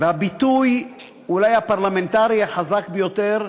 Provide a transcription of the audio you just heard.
והביטוי, אולי, הפרלמנטרי החזק ביותר,